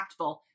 impactful